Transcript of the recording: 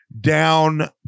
down